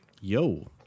Yo